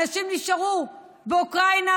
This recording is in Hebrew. אנשים נשארו באוקראינה,